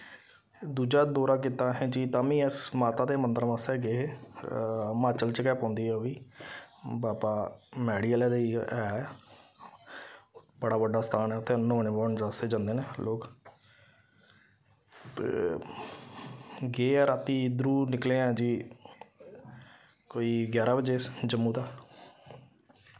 दूजा दौरा कीता असें जी तां बी अस माता दे मन्दर बास्तै गे हे हिमाचल च गै पौंदी ऐ ओह् बी बाबा मैह्ड़ी आह्ले दे ऐ बड़ा बड्डा स्थान ऐ उत्थै न्हौने बौह्ने आस्तै जंदे न लोक ते गे आं राती इद्धरूं निकले आं जी कोई ग्यारां बजे जम्मू दा